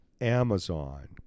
Amazon